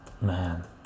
Man